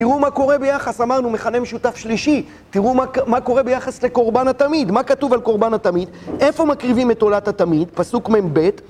תראו מה קורה ביחס, אמרנו מכנה משותף שלישי תראו מה קורה ביחס לקורבן התמיד מה כתוב על קורבן התמיד? איפה מקריבים את עולת התמיד? פסוק מ"ב